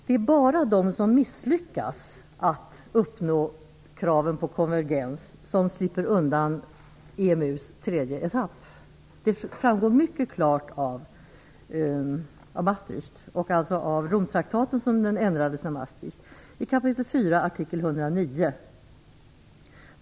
Det är bara de som misslyckas med att uppfylla kraven på konvergens som slipper undan EMU:s tredje etapp. Det framgår mycket klart av Romtraktatet, ändrat i Maastricht, i kap. 4 artikel 109.